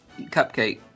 cupcake